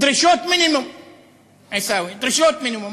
דרישות מינימום, עיסאווי, דרישות מינימום.